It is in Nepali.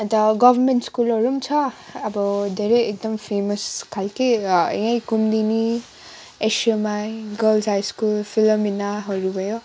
अन्त गभर्मेन्ट स्कुलहरू पनि छ अब धेरै एकदम फेमस खालको यहीँ कुम्दिनी एसयुएमआई गर्ल्स हाई स्कुल फिलोमिनाहरू भयो